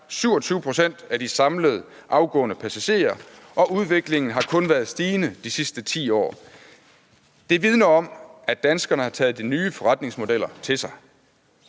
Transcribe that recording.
27 pct. af det samlede antal afgående passagerer, og udviklingen har kun været stigende de sidste 10 år. Det vidner om, at danskerne har taget de nye forretningsmodeller til sig.